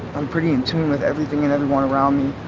i'm pretty in-tune with everything and everyone around me.